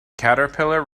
caterpillar